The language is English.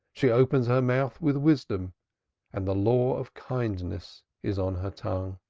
she openeth her mouth with wisdom and the law of kindness is on her tongue